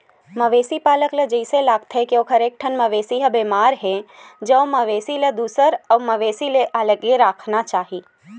मवेशी पालक ल जइसे लागथे के ओखर एकठन मवेशी ह बेमार हे ज ओ मवेशी ल दूसर अउ मवेशी ले अलगे राखना चाही